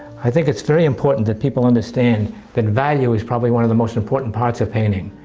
i think it's very important that people understand that value is probably one of the most important parts of painting.